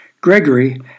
Gregory